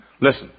Listen